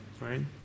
right